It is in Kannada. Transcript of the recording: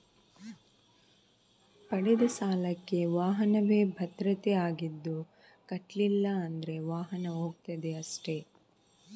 ಪಡೆದ ಸಾಲಕ್ಕೆ ವಾಹನವೇ ಭದ್ರತೆ ಆಗಿದ್ದು ಕಟ್ಲಿಲ್ಲ ಅಂದ್ರೆ ವಾಹನ ಹೋಗ್ತದೆ ಅಷ್ಟೇ